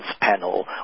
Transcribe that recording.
panel